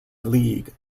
league